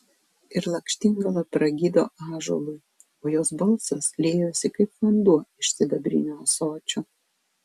ir lakštingala pragydo ąžuolui o jos balsas liejosi kaip vanduo iš sidabrinio ąsočio